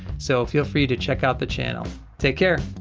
so feel free to check out the channel, take care.